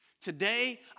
Today